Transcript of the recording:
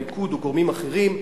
אם הליכוד או גורמים אחרים,